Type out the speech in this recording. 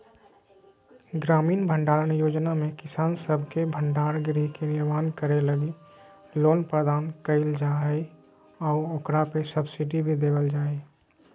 ग्रामीण भंडारण योजना में किसान सब के भंडार गृह के निर्माण करे लगी लोन प्रदान कईल जा हइ आऊ ओकरा पे सब्सिडी भी देवल जा हइ